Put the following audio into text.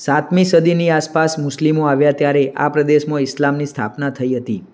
સાતમી સદીની આસપાસ મુસ્લિમો આવ્યા ત્યારે આ પ્રદેશમાં ઇસ્લામની સ્થાપના થઈ હતી